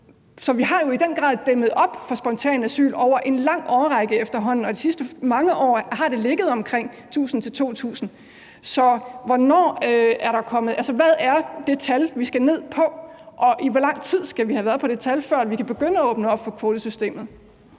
Så vi har jo i den grad dæmmet op for spontant asyl over en lang årrække efterhånden, og de sidste mange år har antallet ligget mellem 1.000 og 2.000. Så hvad er det antal, vi skal ned på? Og i hvor lang tid skal vi have været på det antal, før vi kan begynde at åbne op for kvotesystemet?